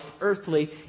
earthly